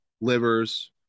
Livers